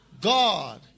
God